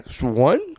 One